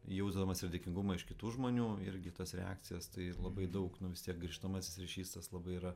jausdamas ir dėkingumą iš kitų žmonių irgi tas reakcijas tai labai daug nu vis tiek grįžtamasis ryšys tas labai yra